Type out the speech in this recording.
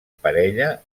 parella